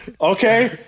okay